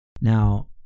Now